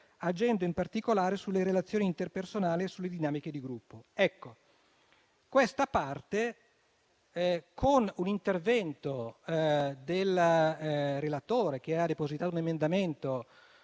agendo in particolare sulle relazioni interpersonali e sulle dinamiche di gruppo. Con un intervento del relatore, che ha depositato un emendamento